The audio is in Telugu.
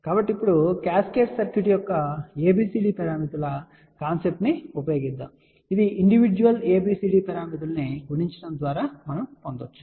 కాబట్టి ఇప్పుడు కాస్కేడ్ సర్క్యూట్ యొక్క ABCD పారామితుల కాన్సెప్ట్ ను ఉపయోగించబోతున్నాము ఇది ఇండివిడ్యువల్ ABCD పారామితులను గుణించడం ద్వారా పొందవచ్చు